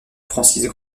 francis